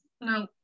No